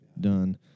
Done